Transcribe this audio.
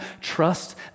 trust